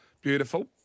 Beautiful